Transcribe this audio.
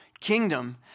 kingdom